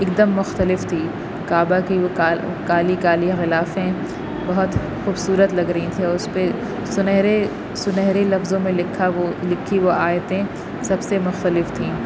ایک دم مختلف تھی کعبہ کی وہ کالی کالی غلافیں بہت خوبصورت لگ رہی تھیں اور اس پہ سنہرے سنہرے لفظوں میں لکھا وہ لکھی وہ آیتیں سب سے مختلف تھیں